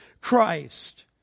Christ